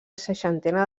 seixantena